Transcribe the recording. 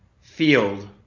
field